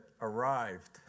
arrived